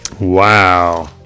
Wow